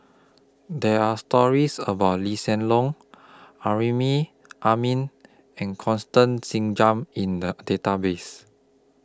There Are stories about Lee Hsien Loong Amrin Amin and Constance Singam in The Database